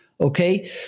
Okay